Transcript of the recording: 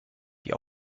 die